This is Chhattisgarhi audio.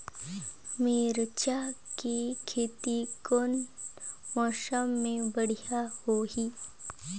मिरचा के खेती कौन मौसम मे बढ़िया होही?